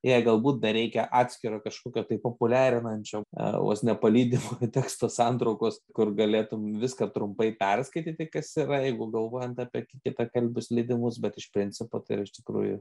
jai galbūt dar reikia atskiro kažkokio tai populiarinančio a vos ne palydimo teksto santraukos kur galėtum viską trumpai perskaityti kas yra jeigu galvojant apie kit kitakalbius leidimus bet iš principo tai yra iš tikrųjų